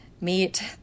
meet